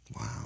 wow